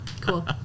Cool